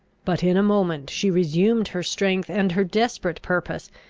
but in a moment she resumed her strength and her desperate purpose,